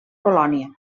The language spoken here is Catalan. colònia